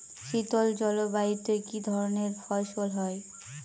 শীতল জলবায়ুতে কি ধরনের ফসল হয়?